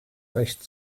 recht